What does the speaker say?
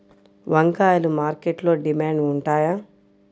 వంకాయలు మార్కెట్లో డిమాండ్ ఉంటాయా?